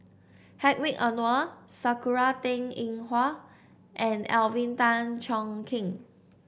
Hedwig Anuar Sakura Teng Ying Hua and Alvin Tan Cheong Kheng